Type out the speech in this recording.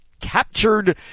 captured